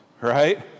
right